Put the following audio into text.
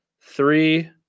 three